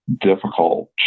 difficult